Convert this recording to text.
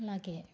লাগে